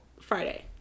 Friday